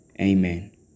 Amen